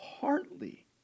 partly